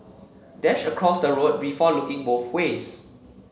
dash across the road before looking both ways